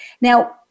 Now